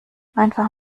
einfach